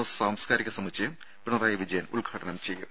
S സാംസ്കാരിക സമുച്ചയം പിണറായി ഉദ്ഘാടനം ചെയ്യും